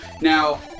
Now